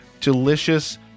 delicious